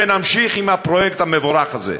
ונמשיך בפרויקט המבורך הזה.